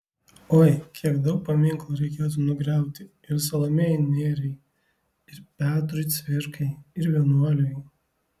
oi kiek daug paminklų reikėtų nugriauti ir salomėjai nėriai ir petrui cvirkai ir vienuoliui